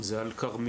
זה על כרמיאל?